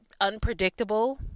unpredictable